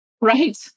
Right